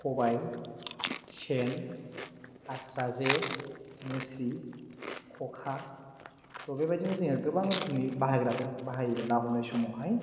खबाइ सेन आस्रा जे मुस्रि खखा थ' बेबायदिनो जोङो गोबां रोखोमनि बाहायग्राफोरखौ बाहायोमोन ना हमनाय समावहाय